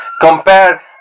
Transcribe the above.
compare